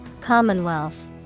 Commonwealth